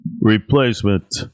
replacement